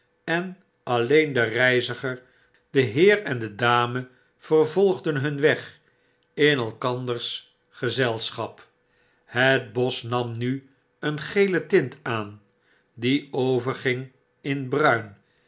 en alleen de reiziger de heer en de dame vervolgcjen hun weg in elkanders gezelschap het bosch nam nu een gele tint aan die overging in bruin